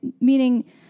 Meaning